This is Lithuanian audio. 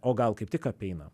o gal kaip tik apeinam